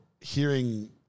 hearing